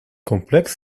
complex